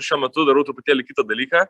šiuo metu darau truputėlį kitą dalyką